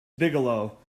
bigelow